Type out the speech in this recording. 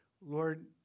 Lord